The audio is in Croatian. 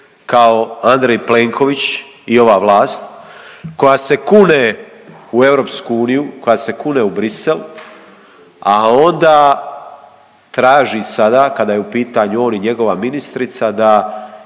kao Andrej Plenković i ova vlast koja se kune u EU, koja se kune u Bruxselles, a onda traži sada kada je u pitanju on i njegova ministrica da